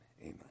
amen